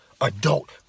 adult